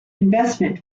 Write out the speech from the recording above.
investment